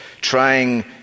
trying